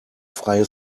freie